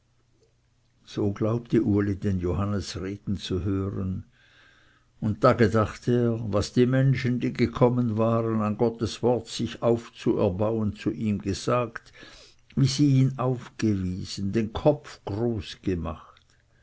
so glaubte uli den johannes reden zu hören und da gedachte er was die menschen die gekommen waren an gottes wort sich aufzuerbauen zu ihm gesagt wie sie ihn aufgewiesen den kopf groß gemacht